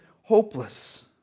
hopeless